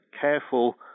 careful